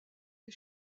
les